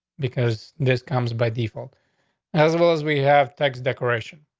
because this comes by default as well as we have text decoration.